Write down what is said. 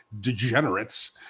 degenerates